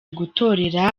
gutorera